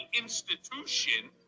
institution